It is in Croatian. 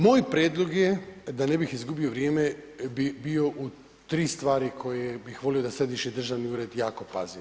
Moj prijedlog je da ne bih izgubio vrijeme, bi bio u tri stvari koje bih volio da središnji državni ured jako pazi.